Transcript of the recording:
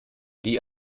die